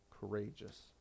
courageous